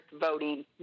voting